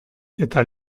eta